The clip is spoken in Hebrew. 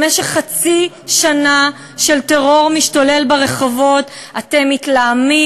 במשך חצי שנה של טרור משתולל ברחובות אתם מתלהמים,